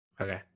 Okay